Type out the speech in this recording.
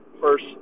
first